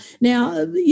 Now